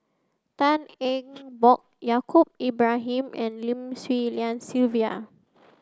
Tan Eng Bock Yaacob Ibrahim and Lim Swee Lian Sylvia